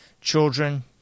children